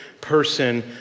person